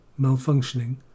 malfunctioning